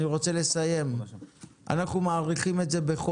אנחנו מאריכים את זה בחודש.